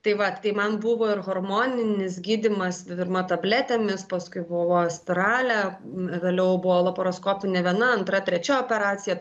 tai vat tai man buvo ir hormoninis gydymas derma tabletėmis paskui buvo astrale vėliau buvo laparoskopinė viena antra trečia operacija